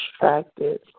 distracted